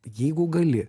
jeigu gali